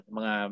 mga